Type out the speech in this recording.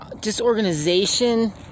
disorganization